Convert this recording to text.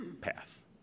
path